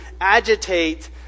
agitate